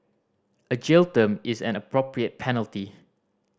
a jail term is an appropriate penalty